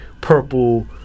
purple